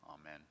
Amen